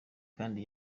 kandi